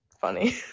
funny